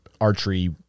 archery